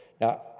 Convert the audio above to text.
Now